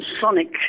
Sonic